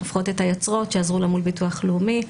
הופכות את היוצרות שעזרו לה מול ביטוח לאומי.